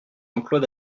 emplois